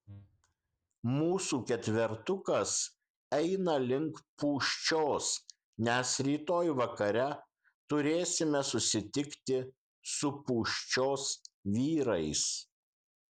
mūsų ketvertukas eina link pūščios nes rytoj vakare turėsime susitikti su pūščios vyrais